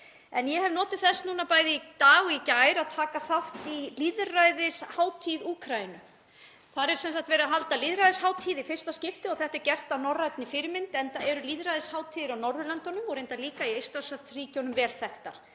Ég hef notið þess núna bæði í dag og í gær að taka þátt í lýðræðishátíð Úkraínu. Þar er sem sagt verið að halda lýðræðishátíð í fyrsta skipti. Það er gert að norrænni fyrirmynd enda eru lýðræðishátíðir á Norðurlöndunum og reyndar líka í Eystrasaltsríkjunum vel þekktar.